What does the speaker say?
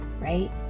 right